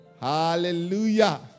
Hallelujah